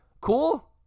cool